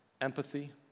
Empathy